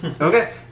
Okay